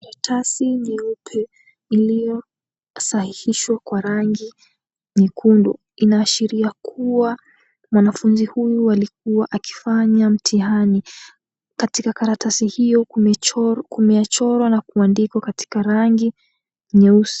Karatasi nyeupe iliyosahihishwa kwa rangi nyekundu inaashiria kuwa mwanafunzi huyu alikuwa akifanya mtihani. Katika karatasi hiyo kumechorwa na kuandikwa katika rangi nyeusi.